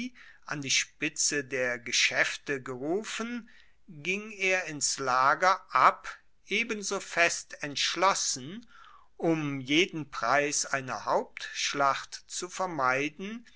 an die spitze der geschaefte gerufen ging er ins lager ab ebenso fest entschlossen um jeden preis eine hauptschlacht zu vermeiden